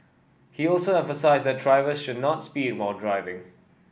he also emphasised that drivers should not speed when driving